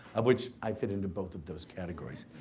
of which, i fit into both of those categories.